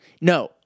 No